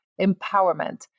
empowerment